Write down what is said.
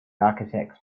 architects